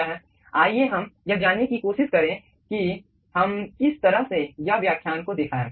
आइए हम यह जानने की कोशिश करें कि हम किस तरह से यह व्याख्यान को देखा है